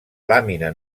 làmina